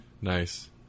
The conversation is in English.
Nice